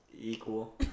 Equal